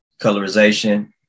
Colorization